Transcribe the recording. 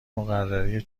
مقرری